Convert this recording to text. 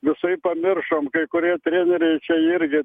visai pamiršom kai kurie treneriai čia irgi